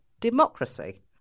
democracy